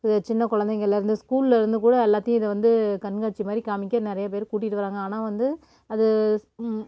சின்ன குழந்தைங்கள்லேருந்து ஸ்கூல்லேருந்து கூட எல்லாத்தையும் இதை வந்து கண்காட்சி மாதிரி காமிக்க நிறையா பேர் கூட்டிகிட்டு வர்றாங்க ஆனால் வந்து அது